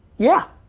yeah!